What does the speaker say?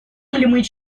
неотъемлемой